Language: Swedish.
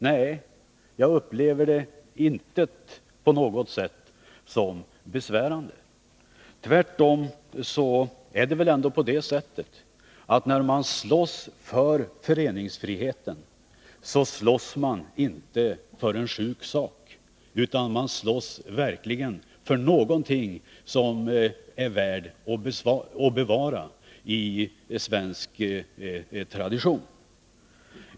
Nej, jag tycker inte att det på något sätt är besvärande, tvärtom. Om man slåss för föreningsfriheten slåss man inte för en sjuk sak utan för något som är värt att bevara i svensk tradition.